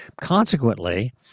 consequently